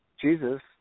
Jesus